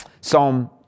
Psalm